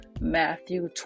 matthew